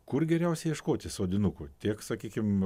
kur geriausia ieškoti sodinukų tiek sakykim